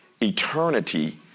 eternity